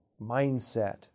mindset